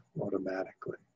automatically